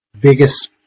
biggest